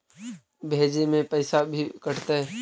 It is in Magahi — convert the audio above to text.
भेजे में पैसा भी कटतै?